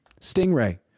Stingray